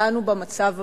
דנו במצב המדיני,